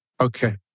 Okay